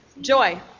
Joy